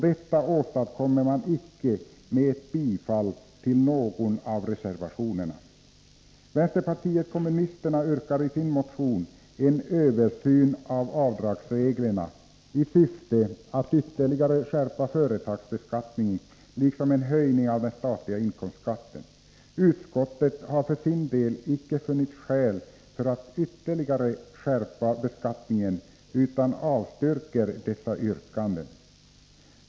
Detta åstadkommer man icke med ett bifall till någon av reservationerna. Vpk yrkar i sin motion på en översyn av avdragsreglerna i syfte att ytterligare skärpa företagsbeskattningen, liksom på en höjning av den statliga inkomstskatten. Utskottet har för sin del icke funnit skäl för att ytterligare skärpa beskattningen utan avstyrker dessa yrkanden.